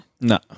No